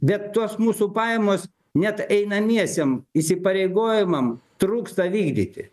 bet tos mūsų pajamos net einamiesiem įsipareigojimam trūksta vykdyti